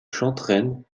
chantrenne